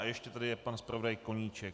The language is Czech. A ještě je tady pan zpravodaj Koníček?